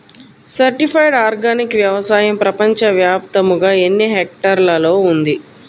Certified organic వ్యవసాయం ప్రపంచ వ్యాప్తముగా ఎన్నిహెక్టర్లలో ఉంది?